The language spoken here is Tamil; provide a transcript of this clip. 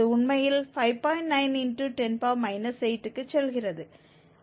9×10 8 க்கு செல்கிறது